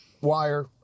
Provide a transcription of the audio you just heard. Wire